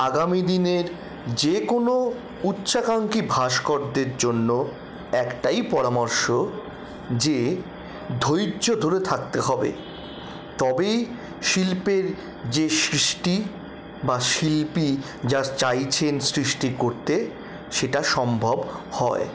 আগামী দিনের যে কোনো উচ্চাকাঙ্ক্ষী ভাস্করদের জন্য একটাই পরামর্শ যে ধৈর্য্য ধরে থাকতে হবে তবেই শিল্পের যে সৃষ্টি বা শিল্পী যা চাইছেন সৃষ্টি করতে সেটা সম্ভব হয়